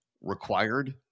required